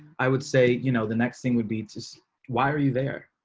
i would say, you know, the next thing would be to why are you there.